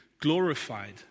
Glorified